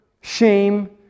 shame